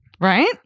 Right